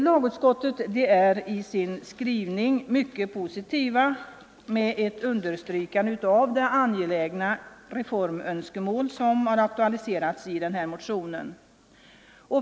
Lagutskottet är mycket positivt i sin skrivning och understryker det angelägna i de reformönskemål som aktualiserats i motionen.